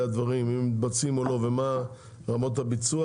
הדברים אם הם מתבצעים או לא ומה רמת הביצוע,